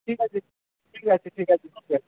ঠিক আছে ঠিক আছে ঠিক আছে ঠিক আছে